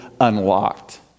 unlocked